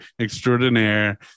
extraordinaire